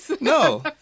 No